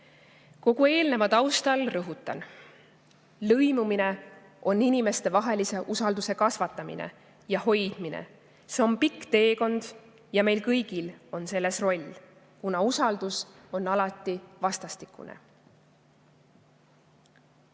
Kogu eelneva taustal rõhutan: lõimumine on inimestevahelise usalduse kasvatamine ja hoidmine. See on pikk teekond ja meil kõigil on selles roll, kuna usaldus on alati vastastikune.